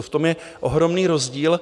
V tom je ohromný rozdíl.